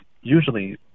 usually